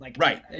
Right